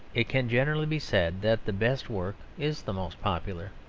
it can generally be said that the best work is the most popular.